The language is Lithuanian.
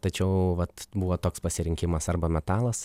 tačiau vat buvo toks pasirinkimas arba metalas